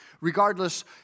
Regardless